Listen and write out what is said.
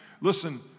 Listen